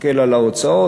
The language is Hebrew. מסתכל על ההוצאות,